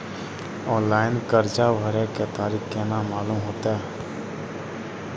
Online कर्जा भरे के तारीख केना मालूम होते?